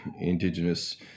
Indigenous